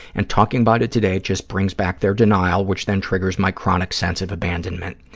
and talking about it today just brings back their denial, which then triggers my chronic sense of abandonment.